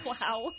Wow